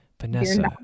Vanessa